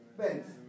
Thanks